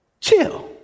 Chill